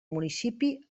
municipi